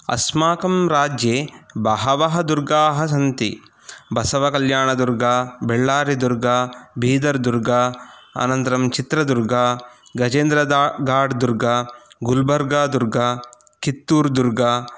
अस्माकं राज्ये बहवः दुर्गाः सन्ति बसवकल्याणदुर्गा बेल्लारिदुर्गा बीदर्दुर्गा अनन्तरं चित्रदुर्गा गजेन्द्रदा गाड्दुर्गा गुलब्र्गदुर्गा कित्तूर्दुर्ग